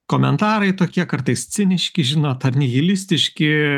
komentarai tokie kartais ciniški žinot ar nihilistiški